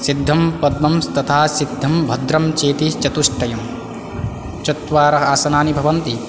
सिद्धं पद्मं स्तथा सिद्धं भद्रं चेति चतुष्टयं चत्वारः आसनानि भवन्ति